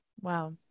Wow